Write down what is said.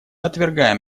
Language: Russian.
отвергаем